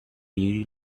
you